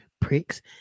pricks